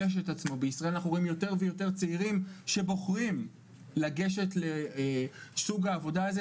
בישראל אנחנו רואים יותר ויותר צעירים שבוחרים לגשת לסוג העבודה הזה,